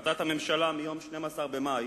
והחלטת הממשלה מיום 12 במאי